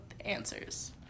answers